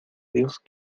dios